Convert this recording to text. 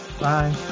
Bye